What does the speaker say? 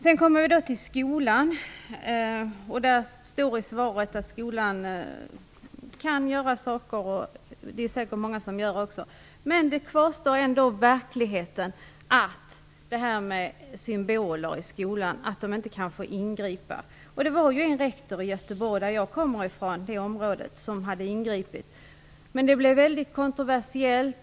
Skolan kan göra en del, står det i svaret. Det är det säkert också många som gör. Men i verkligheten är det ju så att man inte får ingripa mot symboler. En rektor i Göteborg - i det område som jag kommer från - ingrep ju nyligen. Det blev väldigt kontroversiellt.